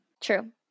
True